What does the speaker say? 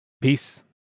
Peace